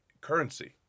currency